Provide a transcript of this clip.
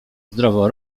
zdrowo